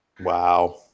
Wow